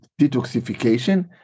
detoxification